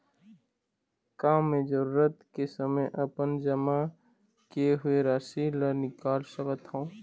का मैं जरूरत के समय अपन जमा किए हुए राशि ला निकाल सकत हव?